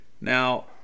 Now